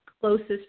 closest